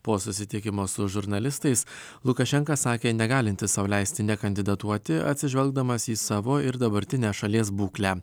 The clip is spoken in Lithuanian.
po susitikimo su žurnalistais lukašenka sakė negalintis sau leisti nekandidatuoti atsižvelgdamas į savo ir dabartinę šalies būklę